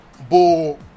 bull